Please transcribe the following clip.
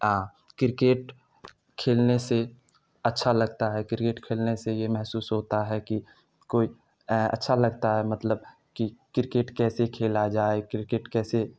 cricket کھیلنے سے اچھا لگتا ہے کرکٹ کھیلنے سے یہ محسوس ہوتا ہے کہ کوئی اچھا لگتا ہے مطلب کہ کرکٹ کیسے کھیلا جائے کرکٹ کیسے